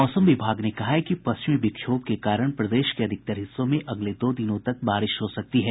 मौसम विभाग ने कहा है कि पश्चिमी विक्षोभ के कारण प्रदेश के अधिकतर हिस्सों में अगले दो दिनों तक बारिश हो सकती है